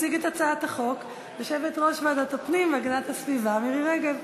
תציג את הצעת החוק יושבת-ראש ועדת הפנים והגנת הסביבה מירי רגב.